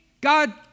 God